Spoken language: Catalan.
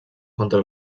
contra